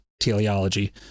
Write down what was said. teleology